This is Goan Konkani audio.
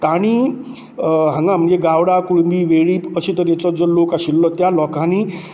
तांणी हांगा म्हणजे गावडा कुणबी वेळीप अशे तरेचो जो लोक आशिल्लो त्या लोकांनी